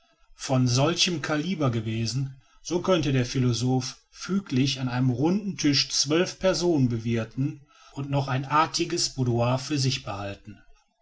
von solchem kaliber gewesen so konnte der philosoph füglich an einem runden tische zwölf personen bewirten und noch ein artiges boudoir für sich behalten